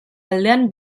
aldean